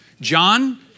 John